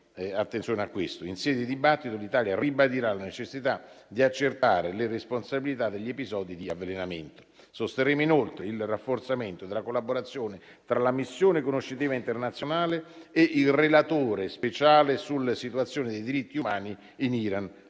In sede di dibattito, l'Italia ribadirà la necessità di accertare le responsabilità degli episodi di avvelenamento. Sosterremo inoltre il rafforzamento della collaborazione tra la missione conoscitiva internazionale e il relatore speciale sulla situazione dei diritti umani in Iran,